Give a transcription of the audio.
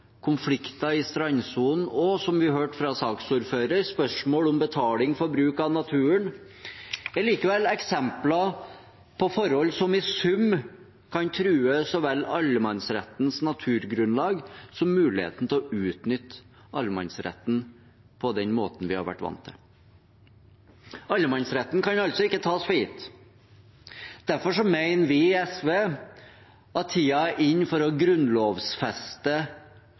konflikter i strandsonen og, som vi hørte fra saksordføreren, spørsmål om betaling for bruk av naturen er likevel eksempler på forhold som i sum kan true så vel allemannsrettens naturgrunnlag som muligheten til å utnytte allemannsretten på den måten vi har vært vant til. Allemannsretten kan altså ikke tas for gitt. Derfor mener vi i SV at tida er inne for å grunnlovfeste